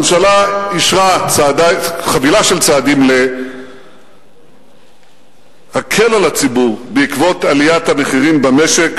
הממשלה אישרה חבילה של צעדים להקל על הציבור בעקבות עליית המחירים במשק.